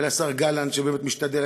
ולשר גלנט, שבאמת משתדל.